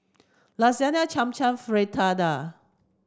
Lasagne Cham Cham Fritada